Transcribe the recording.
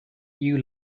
you